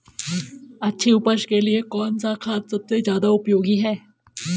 अच्छी उपज के लिए कौन सा खाद सबसे ज़्यादा उपयोगी है?